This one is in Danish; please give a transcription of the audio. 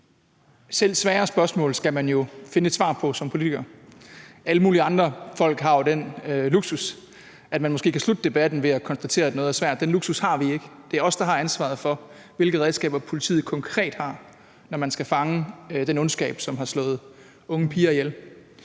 selv svære spørgsmål skal man jo finde et svar på som politikere. Alle mulige andre folk har den luksus, at de måske kan slutte debatten ved at konstatere, at noget er svært. Den luksus har vi ikke. Det er os, der har ansvaret for, hvilke redskaber politiet konkret har, når de skal fange den ondskab, som har slået unge piger ihjel.